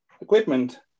equipment